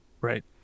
Right